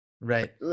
Right